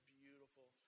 beautiful